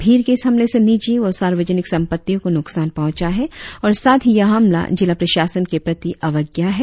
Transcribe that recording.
भीड़ के इस हमले से निजी व सार्वजनिक संपत्तियों को नुकसान पहुचा है और साथ ही यह हमला जिला प्रशासन के प्रति अवज्ञा है